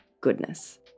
goodness